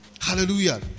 Hallelujah